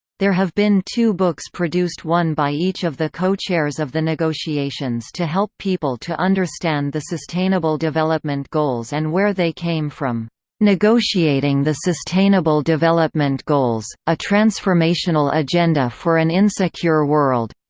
there have been two books produced one by each of the co-chairs of the negotiations to help people to understand the sustainable development goals and where they came from negotiating the sustainable development goals a transformational agenda for an insecure world